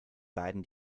beiden